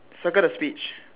circle the speech